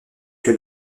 que